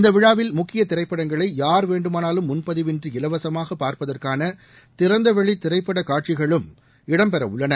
இந்த விழாவில் முக்கிய திரைப்படங்களை யார் வேண்டுமானாலும் முன்பதிவின்றி இலவசமாக பார்ப்பதற்கான திறந்தவெளி திரைப்படப் காட்சிகளும் இடம்பெற உள்ளன